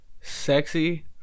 Sexy